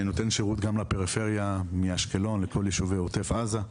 אני נותן שירות גם לפריפריה מאשקלון לכל יישובי עוטף עזה.